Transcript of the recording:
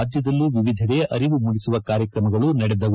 ರಾಜ್ಯದಲ್ಲೂ ವಿವಿಧೆಡೆ ಅರಿವು ಮೂಡಿಸುವ ಕಾರ್ಯಕ್ರಮಗಳು ನಡೆದವು